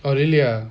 oh really ah